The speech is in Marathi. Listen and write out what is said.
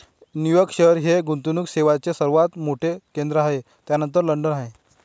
न्यूयॉर्क शहर हे गुंतवणूक सेवांचे सर्वात मोठे केंद्र आहे त्यानंतर लंडन आहे